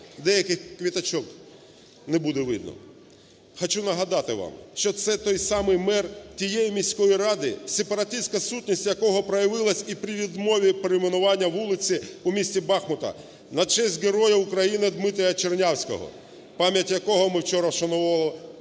деяких квіточок не буде видно. Хочу нагадати вам, що це той самий мер тієї міської ради, сепаратистська сутність якого проявилась і при відмові перейменування вулиці в містіБахмуті на честь Героя України Дмитрія Чернявського, пам'ять якого ми вчора вшановували